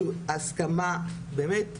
באמת,